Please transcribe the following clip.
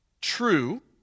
true